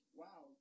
wow